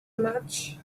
much